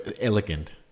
elegant